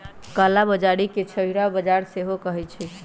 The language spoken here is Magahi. कला बजारी के छहिरा बजार सेहो कहइ छइ